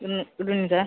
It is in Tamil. ம் குட் ஈவினிங் சார்